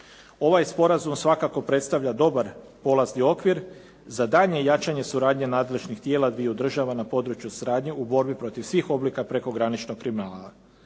Ovaj sporazum svakako predstavlja dobar polazni okvir za daljnje jačanje suradnje nadležnih tijela dviju država na području suradnje u borbi protiv svih oblika prekograničnog kriminala.